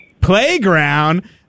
Playground